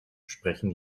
sprechen